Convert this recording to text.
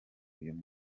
uyu